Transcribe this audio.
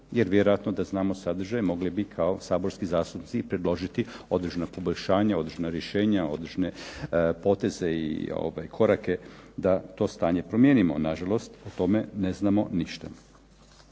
jer vjerojatno da znamo sadržaj mogli bi kao saborski zastupnici predložiti određena poboljšanja, određena rješenja, određene poteze i korake da to stanje promijenimo. Nažalost, o tome ne znamo ništa.